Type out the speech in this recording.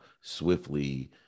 swiftly